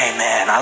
Amen